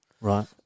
right